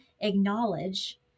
acknowledge